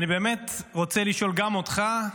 אני באמת רוצה לשאול גם אותך,